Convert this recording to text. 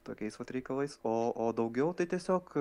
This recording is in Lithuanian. tokiais vat reikalais o o daugiau tai tiesiog